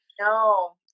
No